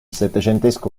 settecentesco